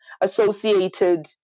associated